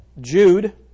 Jude